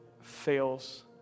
fails